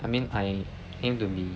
I mean I aim to be